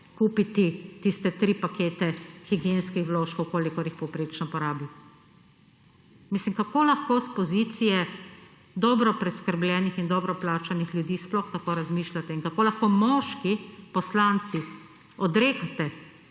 kupiti tiste tri pakete higienskih vložkov kolikor jih je povprečno porabi. Mislim, kako lahko s pozicije dobro preskrbljenih in dobro plačanih ljudi sploh tako razmišljate. In kako lahko moški poslanci odrekate